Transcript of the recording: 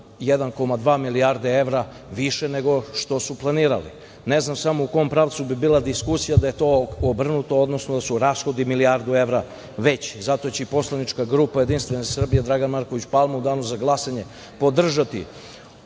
1,2 milijarde evra, više nego što je planirano. Ne znam samo u kom pravcu bi bila diskusija da je to obrnuto, odnosno da su rashodi milijardu evra veći. Zato će poslanička grupa JS Dragan Marković Palma u danu za glasanje podržati